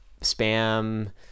spam